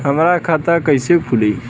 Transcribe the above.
हमार खाता कईसे खुली?